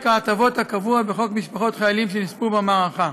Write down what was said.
ההטבות הקבוע בחוק משפחות חיילים שנספו במערכה.